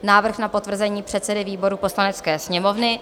Návrh na potvrzení předsedy výboru Poslanecké sněmovny